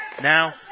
Now